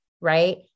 Right